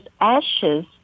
ashes